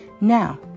Now